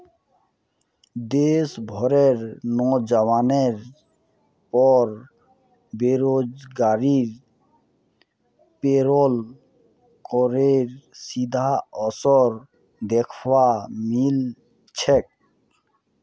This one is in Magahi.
देश भरेर नोजवानेर पर बेरोजगारीत पेरोल करेर सीधा असर दख्वा मिल छेक